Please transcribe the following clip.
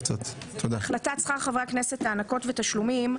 בהחלטת שכר חברי הכנסת (הענקות ותשלומים)